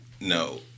No